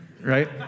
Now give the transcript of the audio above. right